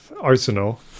arsenal